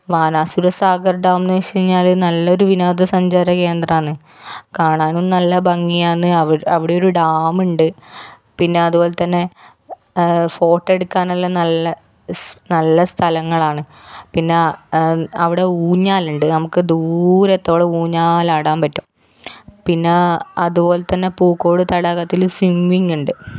Banasura Sagar dam എന്നു വച്ചു കഴിഞ്ഞാൽ നല്ലൊരു വിനോദസഞ്ചാര കേന്ദ്രമാണ് കാണാനും നല്ല ഭംഗിയാണ് അവിടെ ഒരു ഡാം ഉണ്ട് പിന്നെ അതുപോലെ തന്നെ ഫോട്ടോ എടുക്കാൻ എല്ലാം നല്ല നല്ല സ്ഥലങ്ങളാണ് പിന്നെ അവിടെ ഊഞ്ഞാലുണ്ട് നമുക്ക് ദൂരത്തോളം ഊഞ്ഞാലാടാൻ പറ്റും പിന്നെ അതുപോലെ തന്നെ പൂക്കോട് തടാകത്തിൽ സ്വിമ്മിംഗ് ഉണ്ട്